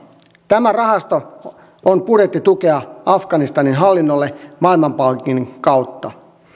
tämä rahasto on budjettitukea afganistanin hallinnolle maailmanpankin kautta